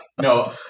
No